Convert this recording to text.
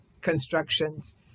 constructions